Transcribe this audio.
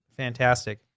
Fantastic